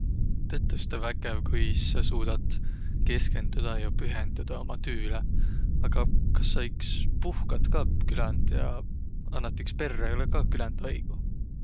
Et saiaq nii eräello ku ka tüüello, sis tulõgi tetäq konkreetseq plaaniq hindäle. Näütüses pandagi aigo kõrvalõ kodotsidõs tegevüisis, ja mitte hindäle liiga pall'o kohustuisi võttaq.